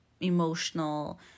emotional